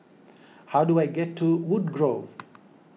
how do I get to Woodgrove